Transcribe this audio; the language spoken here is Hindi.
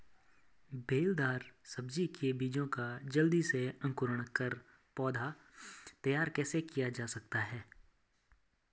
बेलदार सब्जी के बीजों का जल्दी से अंकुरण कर पौधा तैयार कैसे किया जा सकता है?